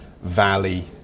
Valley